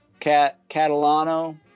Catalano